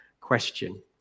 question